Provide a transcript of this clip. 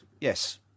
Yes